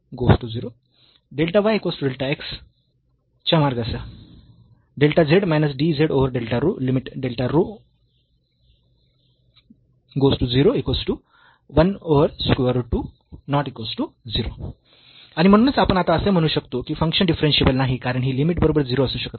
च्या मार्गासह आणि म्हणूनच आपण आता असे म्हणू शकतो की फंक्शन डिफरन्शियेबल नाही कारण ही लिमिट बरोबर 0 असू शकत नाही